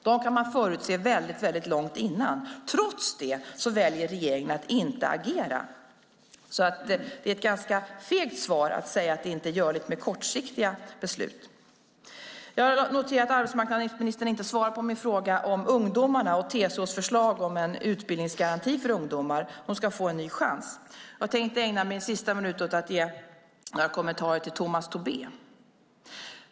Dem kan man förutse väldigt långt innan. Trots det väljer regeringen att inte agera. Det är ett ganska fegt svar att säga att det inte är görligt med kortsiktiga beslut. Jag har noterat att arbetsmarknadsministern inte svarade på min fråga om ungdomarna och TCO:s förslag om en utbildningsgaranti för ungdomar så att de ska få en ny chans. Jag tänkte ägna min sista minut åt att ge några kommentarer till Tomas Tobé.